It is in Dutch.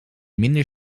minder